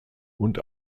und